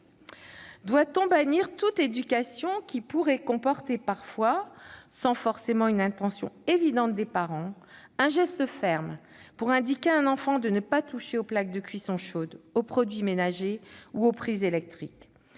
Doit-on bannir toute éducation qui pourrait comporter parfois, sans forcément une intention évidente des parents, un geste ferme pour indiquer à un enfant de ne pas toucher aux plaques de cuisson chaudes, aux produits ménagers ou aux prises électriques ?